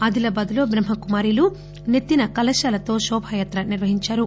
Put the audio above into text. ఆదిలాబాద్ లో బ్రహ్మ కుమారీలు నెత్తిన కలశాలతో శోభాయాత్ర నిర్వహించారు